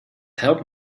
helped